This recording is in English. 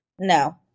no